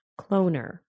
cloner